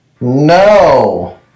No